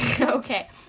Okay